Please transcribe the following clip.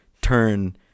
turn